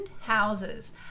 houses